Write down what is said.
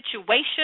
situation